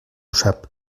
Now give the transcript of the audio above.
sap